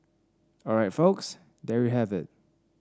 all right folks there you have it